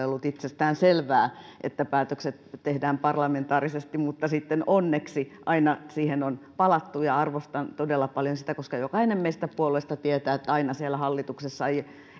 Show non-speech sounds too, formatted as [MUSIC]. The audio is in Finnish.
[UNINTELLIGIBLE] ollut itsestäänselvää että päätökset tehdään parlamentaarisesti mutta sitten onneksi aina siihen on palattu arvostan todella paljon sitä koska jokainen meistä puolueista tietää että aina siellä hallituksessa ei